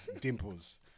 dimples